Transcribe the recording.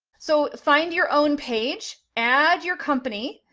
so find your own page, add your company,